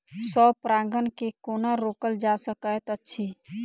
स्व परागण केँ कोना रोकल जा सकैत अछि?